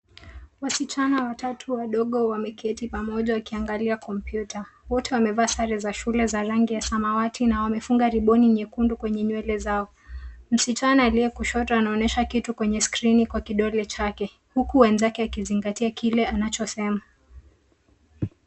Wasichana watatu wadogo wameketi pamoja wakiangalia kompyuta. Wote wamevaa sare za shule za rangi ya samawati na wamefunga riboni nyekundu kwenye nywele zao. Msichana aliye kushoto anaonyesha kitu kwenye skrini kwa kidole chake, huku wenzake wakizingatia kile anachosema.